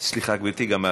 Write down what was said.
סליחה, גברתי, גם את.